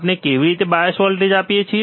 આપણે કેવી રીતે બાયસ વોલ્ટેજ આપીએ છીએ